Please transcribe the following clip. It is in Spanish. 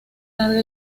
larga